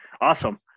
Awesome